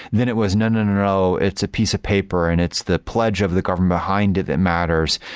then it was, no. no. no. it's a piece of paper and it's the pledge of the government behind it that matters.